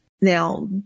Now